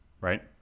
right